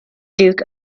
duke